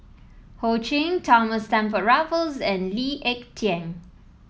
Ho Ching Thomas Stamford Raffles and Lee Ek Tieng